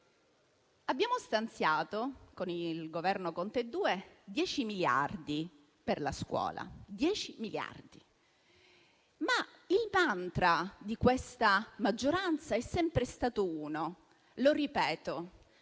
abbiamo stanziato, con il Governo Conte II, 10 miliardi, per la scuola. Ma il mantra di questa maggioranza è sempre stato uno e lo ripeto: